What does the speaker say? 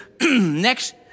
next